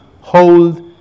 hold